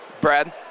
Brad